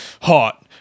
Hot